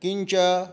किञ्च